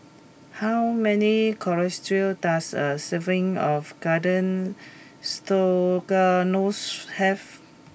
how many calories does a serving of Garden Stroganoff have